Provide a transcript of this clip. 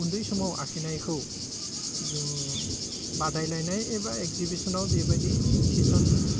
उन्दै समाव आखिनायखौ जों बादायलायनाय एबा एक्जिबिसनाव बेबायदि थिसन